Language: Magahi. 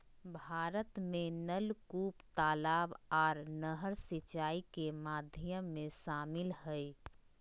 भारत में नलकूप, तलाब आर नहर सिंचाई के माध्यम में शामिल हय